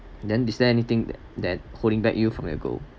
then is there anything that that holding back you from your goal